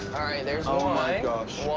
oh my gosh.